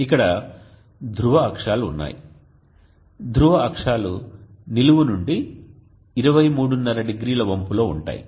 ఇక్కడ ధ్రువ అక్షాలు ఉన్నాయి ధ్రువ అక్షాలు నిలువు నుండి 23½ 0 వంపులో ఉంటాయి